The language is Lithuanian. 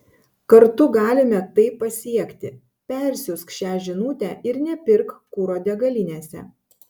kartu galime tai pasiekti persiųsk šią žinute ir nepirk kuro degalinėse